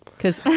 because,